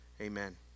Amen